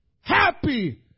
happy